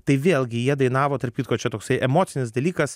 tai vėlgi jie dainavo tarp kitko čia toksai emocinis dalykas